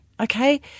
Okay